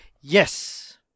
Yes